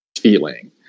feeling